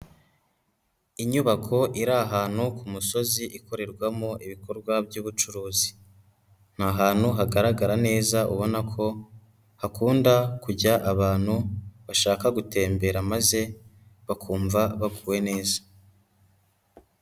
Inyubako iri ahantu ku musozi ikorerwamo ibikorwa by'ubucuruzi, ni ahantu hagaragara neza ubona ko hakunda kujya abantu, bashaka gutembera maze bakumva baguwe neza.